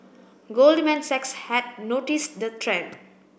Goldman Sachs had noticed the trend